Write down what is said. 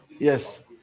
yes